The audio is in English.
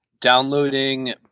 downloading